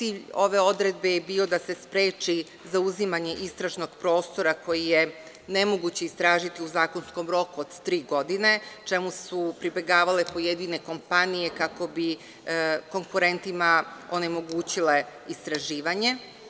Cilj ove odredbe je bio da se spreči zauzimanje istražnog prostora koji je nemoguće istražiti u zakonskom roku od tri godine, a čemu su pribegavale pojedine kompanije kako bi konkurentima onemogućile istraživanje.